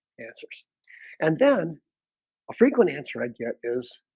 answers and then a frequent answer i get is